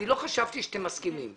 אני לא חשבתי שאתם מסכימים.